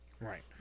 Right